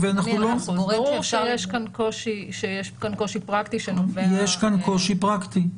ברור שיש כאן קושי פרקטי שנובע --- יש כאן קושי פרקטי.